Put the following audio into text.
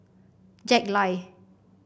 Jack Lai